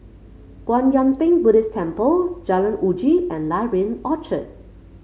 Kwan Yam Theng Buddhist Temple Jalan Uji and Library Orchard